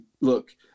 Look